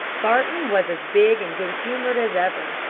barton was as big and good-humored as ever.